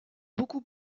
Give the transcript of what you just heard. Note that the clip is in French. beaucoup